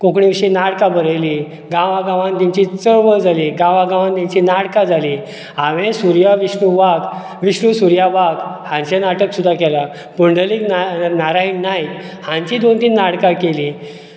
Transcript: कोंकणी विशी नाटकां बरयली गांवा गांवान तेंची चळवळ जाली गांवागांवान तेंची नाटका जाली हांवें सुर्या विष्णू वाघ विष्णू सुर्या वाघ हांचे नाटक सुद्दां केला पुंडलीक नाय नारायण नायक हांची दोन तीन नाटकां केली